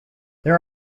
there